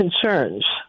concerns